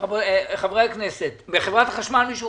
מחברת מנהל